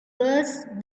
worse